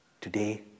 today